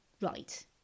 Right